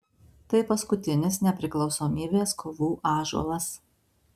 tai paskutinis nepriklausomybės kovų ąžuolas